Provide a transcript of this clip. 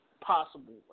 possible